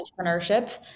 entrepreneurship